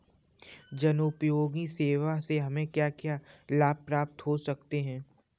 जनोपयोगी सेवा से हमें क्या क्या लाभ प्राप्त हो सकते हैं?